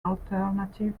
alternative